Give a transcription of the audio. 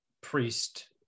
priest